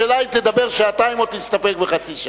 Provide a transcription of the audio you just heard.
השאלה היא אם תדבר שעתיים או שתסתפק בחצי שעה.